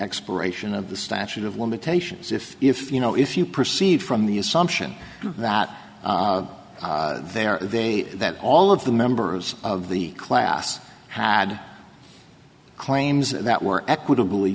expiration of the statute of limitations if if you know if you proceed from the assumption that they are they that all of the members of the class had claims that we're equitably